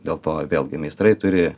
dėl to vėlgi meistrai turi